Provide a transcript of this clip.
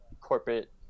corporate